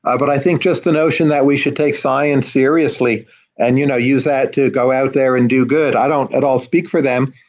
but i think just the notion that we should take science seriously and you know use that to go out there and do good. i don't at all speak for them,